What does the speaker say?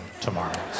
tomorrow